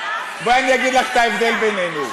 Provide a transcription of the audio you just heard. בואי אני אגיד לך מה ההבדל בינינו.